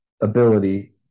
ability